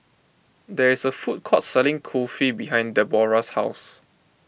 there is a food court selling Kulfi behind Debora's house